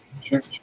Sure